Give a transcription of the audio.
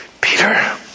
Peter